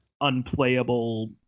unplayable